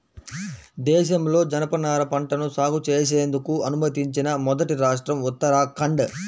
దేశంలో జనపనార పంటను సాగు చేసేందుకు అనుమతించిన మొదటి రాష్ట్రం ఉత్తరాఖండ్